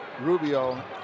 Rubio